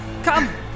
Come